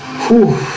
who